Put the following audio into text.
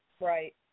Right